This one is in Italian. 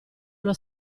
allo